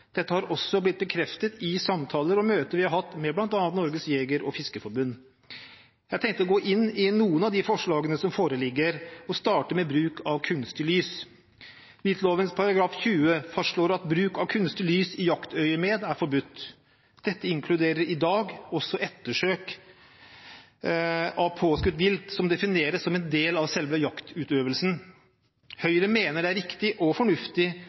Dette har også blitt bekreftet i samtaler og møter vi har hatt med bl.a. Norges Jeger- og Fiskerforbund. Jeg tenkte å gå inn i noen av de forslagene som foreligger, og starter med bruk av kunstig lys. Viltloven § 20 fastslår at bruk av kunstig lys i jaktøyemed er forbudt. Dette inkluderer i dag også ettersøk av påskutt vilt, som defineres som en del av selve jaktutøvelsen. Høyre mener det er riktig og fornuftig